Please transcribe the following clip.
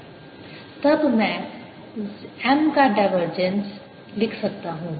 तब मैं M का डायवर्जेंस लिख सकता हूं